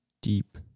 deep